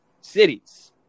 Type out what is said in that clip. cities